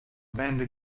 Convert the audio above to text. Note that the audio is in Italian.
band